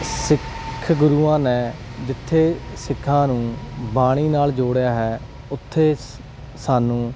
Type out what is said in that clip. ਸਿੱਖ ਗੁਰੂਆਂ ਨੇ ਜਿੱਥੇ ਸਿੱਖਾਂ ਨੂੰ ਬਾਣੀ ਨਾਲ ਜੋੜਿਆ ਹੈ ਉੱਥੇ ਸ ਸਾਨੂੰ